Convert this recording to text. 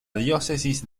diócesis